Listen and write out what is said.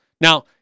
Now